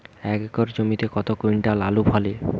এক একর জমিতে কত কুইন্টাল আলু ফলে?